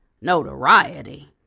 Notoriety